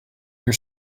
your